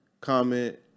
comment